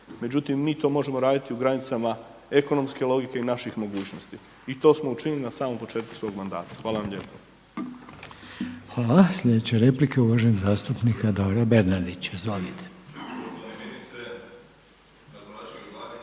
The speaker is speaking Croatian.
Međutim, mi to možemo raditi u granicama ekonomske logike i naših mogućnosti i to smo učinili na samom početku svog mandata. Hvala vam lijepo. **Reiner, Željko (HDZ)** Hvala. Sljedeća replika je uvaženog zastupnika Davora Bernardića, izvolite.